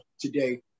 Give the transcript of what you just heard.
today